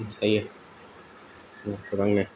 मोसायो